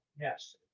yes